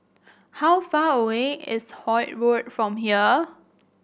how far away is Holt Road from here